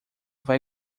vai